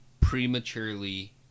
prematurely